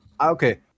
Okay